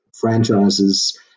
franchises